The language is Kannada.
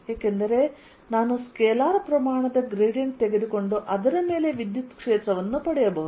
ಏಕೆಂದರೆ ನಾನು ಸ್ಕೇಲಾರ್ ಪ್ರಮಾಣದ ಗ್ರೇಡಿಯಂಟ್ ತೆಗೆದುಕೊಂಡು ಅದರ ಮೇಲೆ ವಿದ್ಯುತ್ ಕ್ಷೇತ್ರವನ್ನು ಪಡೆಯಬಹುದು